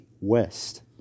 West